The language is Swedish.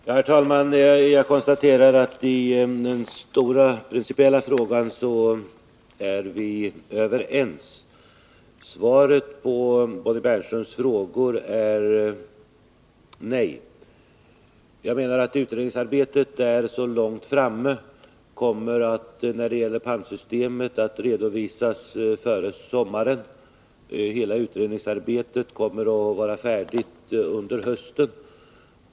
Herr talman! Jag konstaterar att vi i den stora principiella frågan är överens. Svaret på Bonnie Bernströms frågor är nej. Jag menar att utredningsarbetet är så långt framme och kommer, när det gäller pantsystemet, att redovisas före sommaren. Hela utredningsarbetet kommer att vara färdigt under hösten.